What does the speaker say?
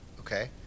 okay